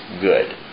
good